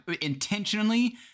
intentionally